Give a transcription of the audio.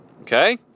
Okay